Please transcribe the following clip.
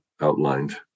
outlined